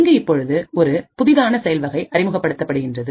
இங்கு இப்பொழுது ஒரு புதிதான செயல்வகை அறிமுகப்படுத்தப்படுகின்றன